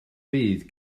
fydd